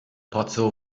pozzo